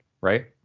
right